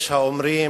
יש האומרים: